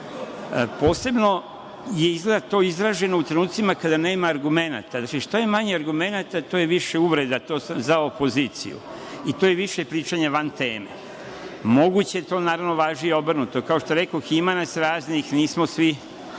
je izgleda to izraženo u trenucima kada nema argumenata. Jer, što je manje argumenata, to je više uvreda za opoziciju i to je više pričanja van teme. Naravno, to važi i obrnuto. Kao što rekoh, ima nas raznih, nismo svi